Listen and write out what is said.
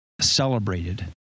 celebrated